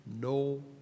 no